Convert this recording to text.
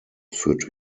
führte